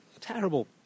Terrible